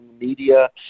media